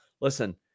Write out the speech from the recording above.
listen